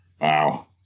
Wow